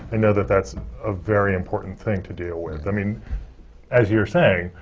and know that that's a very important thing to deal with. i mean as you were saying,